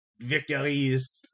victories